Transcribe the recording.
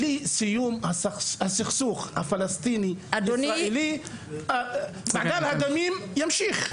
בלי סיום הסכסוך הפלסטיני-ישראלי מעגל הדמים ימשיך.